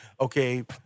Okay